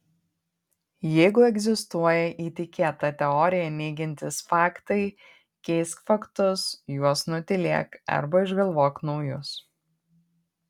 jeigu egzistuoja įtikėtą teoriją neigiantys faktai keisk faktus juos nutylėk arba išgalvok naujus